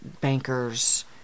bankers